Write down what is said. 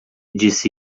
disse